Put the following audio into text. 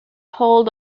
hold